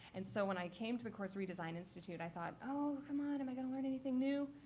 and so when i came to the course redesign institute, i thought oh, come on. am i going to learn anything new?